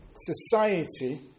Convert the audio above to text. society